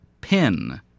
pin